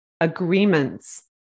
agreements